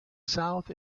south